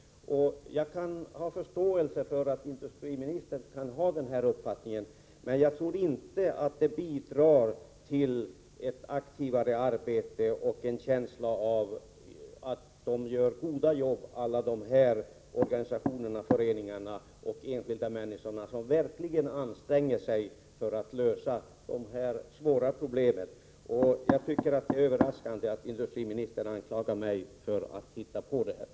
Jag kan förstå om industriministern har denna uppfattning. Men jag tror inte att det bidrar till ett aktivare arbete från dessa människors och dessa organisationers sida eller att de därmed får en känsla 85 av att de gör ett gott jobb. De anstränger sig verkligen för att lösa dessa svåra problem. Jag tycker att det är överraskande att industriministern anklagar mig för att ha hittat på detta.